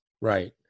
Right